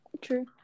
True